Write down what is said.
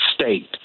state